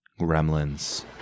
gremlins